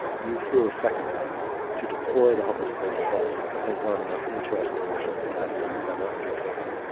you flew a second time to deploy the hubble space telescope, i think one of the most interesting missions nasa has ever undertaken.